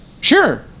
Sure